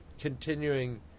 continuing